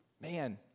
Man